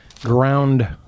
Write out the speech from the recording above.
ground